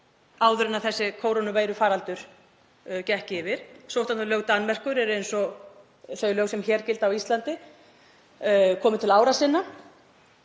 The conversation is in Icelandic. áður en þessi kórónuveirufaraldur gekk yfir. Sóttvarnalög Danmerkur eru, eins og þau lög sem gilda á Íslandi, komin til ára sinna.